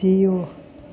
जीउ